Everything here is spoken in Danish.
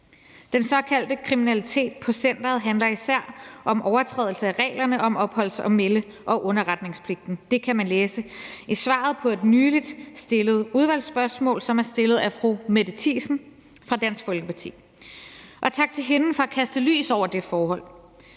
Den såkaldte kriminalitet på centeret handler især om overtrædelse af reglerne om opholds-, melde- og underretningspligten. Det kan man læse i svaret på et nylig stillet udvalgsspørgsmål, som er stillet af fru Mette Thiesen fra Dansk Folkeparti. Tak til hende for at kaste lys over det forhold